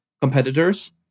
competitors